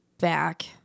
back